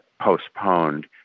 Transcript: postponed